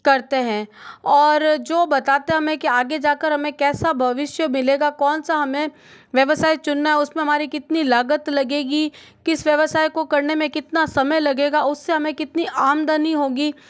करते हैं और जो बताता मैं क्या आगे जाकर हमे कैसा भविष्य मिलेगा कौन सा हमें व्यवसाय चुनना उसमें हमारी कितनी लागत लगेगी किस व्यवसाय को करने में कितना समय लगेगा उससे हमें कितनी आमदनी होगी